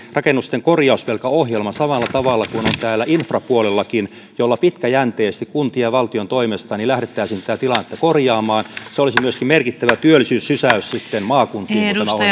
rakennusten korjausvelkaohjelman kuin on infrapuolellakin jolla pitkäjänteisesti kuntien ja valtion toimesta lähdettäisiin tätä tilannetta korjaamaan tämän ohjelman toteutus olisi myöskin merkittävä työllisyyssysäys maakuntiin